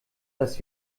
das